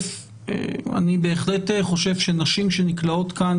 אני מתכבד לפתוח את ישיבת ועדת החוקה,